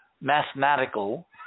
mathematical